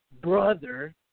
brother